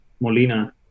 Molina